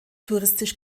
touristisch